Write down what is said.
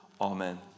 Amen